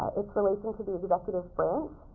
its relation to the executive branch,